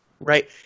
Right